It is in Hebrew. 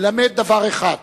מלמד דבר אחד: